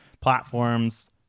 platforms